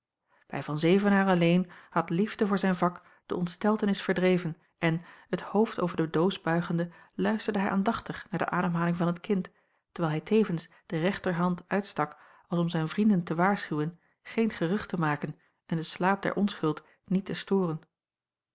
bij van zevenaer alleen had liefde voor zijn vak de ontsteltenis verdreven en het hoofd over de doos buigende luisterde hij aandachtig naar de ademhaling van het kind terwijl hij tevens de rechterhand uitstak als om zijn vrienden te waarschuwen geen gerucht te maken en den slaap der onschuld niet te storen